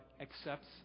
accepts